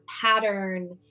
pattern